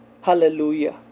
hallelujah